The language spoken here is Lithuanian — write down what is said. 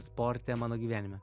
sporte mano gyvenime